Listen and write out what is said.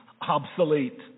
obsolete